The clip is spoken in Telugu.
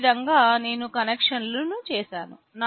ఈ విధంగా నేను కనెక్షన్లు చేసాను